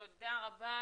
תודה רבה.